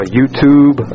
YouTube